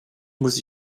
muss